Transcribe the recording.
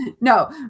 No